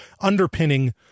underpinning